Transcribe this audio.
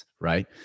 right